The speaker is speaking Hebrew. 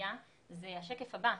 לגבייה זה השקף הבא,